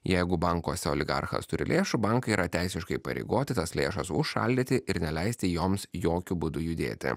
jeigu bankuose oligarchas turi lėšų bankai yra teisiškai įpareigoti tas lėšas užšaldyti ir neleisti joms jokiu būdu judėti